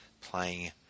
playing